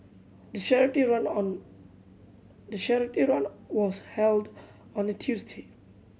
the charity run on the charity run was held on a Tuesday